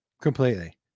Completely